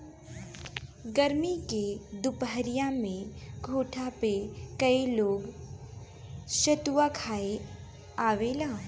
गरमी के दुपहरिया में घोठा पे कई लोग सतुआ खाए आवेला